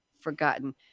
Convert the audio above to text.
forgotten